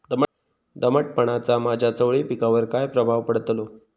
दमटपणाचा माझ्या चवळी पिकावर काय प्रभाव पडतलो?